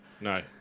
No